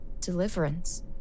Deliverance